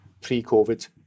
pre-COVID